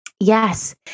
Yes